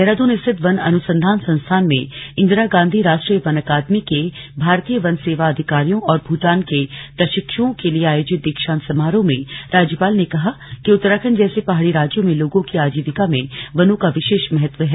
देहरादून स्थित वन अनुसंधान संस्थान में इन्दिरा गांधी राष्ट्रीय वन अकादमी के भारतीय वन सेवा अधिकारियों और भूटान के प्रशिक्षुओं के लिए आयोजित दीक्षांत समारोह में राज्यपाल ने कहा कि उत्तराखंड जैसे पहाड़ी राज्यों में लोगों की आजीविका में वनों का विशेष महत्व है